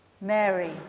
Mary